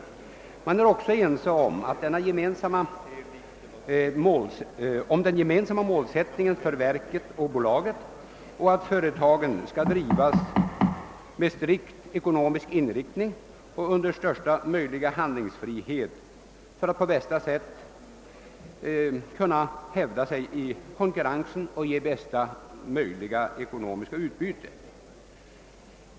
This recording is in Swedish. Utskottet är också ense om den gemensamma målsättningen för verket och bolaget och om att företagen skall drivas med strikt ekonomisk inriktning och under största möjliga handlingsfrihet för att på bästa sätt kunna hävda sig i konkurrensen och ge bästa möjliga ekonomiska utbyte.